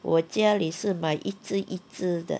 我家里是买一只一只的